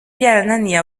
byarananiye